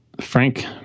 Frank